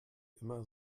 immer